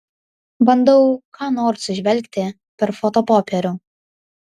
bandau ką nors įžvelgti per fotopopierių